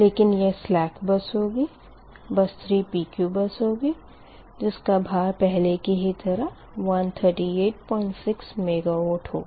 लेकिन यह slack bus होगी बस 3 PQ बस होगी जिसका भार पहले की ही तरह 1386 मेगावॉट होगा